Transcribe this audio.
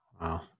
Wow